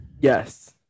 Yes